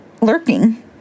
Lurking